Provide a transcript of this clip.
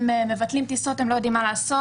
הם מבטלים טיסות, הם לא יודעים מה לעשות.